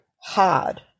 hard